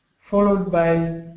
followed by